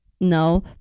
No